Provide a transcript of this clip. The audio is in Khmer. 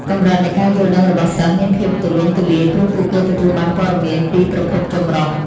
កម្រិតនៃការយល់ដឹងរបស់សិស្សមានភាពទូលំទូលាយព្រោះពួកគេទទួលបានព័ត៌មានពីប្រភពចម្រុះ។